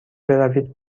بروید